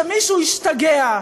היינו אומרים שמישהו השתגע,